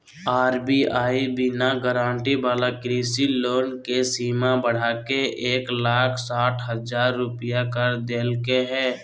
RBI बिना guarantee वाला कृषि लोन के सीमा बढ़ाके एक लाख साठ हजार रुपया कर देलके हें